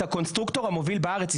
את הקונסטרוקטור המוביל בארץ,